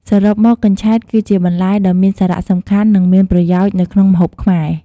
សរុបមក កញ្ឆែតគឺជាបន្លែដ៏មានសារៈសំខាន់ និងមានប្រយោជន៍នៅក្នុងម្ហូបខ្មែរ។